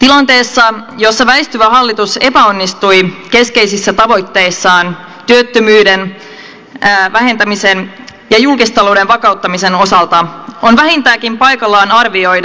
tilanteessa jossa väistyvä hallitus epäonnistui keskeisissä tavoitteissaan työttömyyden vähentämisen ja julkistalouden vakauttamisen osalta on vähintäänkin paikallaan arvioida miksi näin kävi